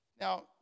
Now